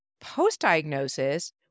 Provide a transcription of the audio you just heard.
post-diagnosis